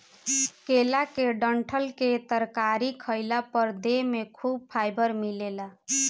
केला के डंठल के तरकारी खइला पर देह में खूब फाइबर मिलेला